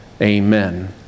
Amen